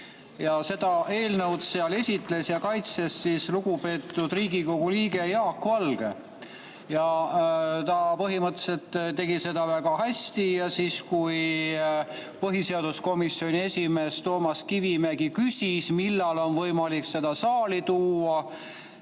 Seda eelnõu esitles ja kaitses lugupeetud Riigikogu liige Jaak Valge. Ta põhimõtteliselt tegi seda väga hästi ja kui põhiseaduskomisjoni esimees Toomas Kivimägi küsis, millal on võimalik see saali tuua,